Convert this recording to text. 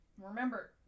remember